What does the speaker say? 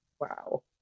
Wow